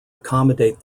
accommodate